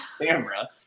camera